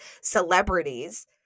celebrities